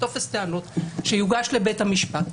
טופס טענות שיוגש לבית המשפט.